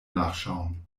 nachschauen